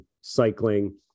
cycling